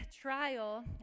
trial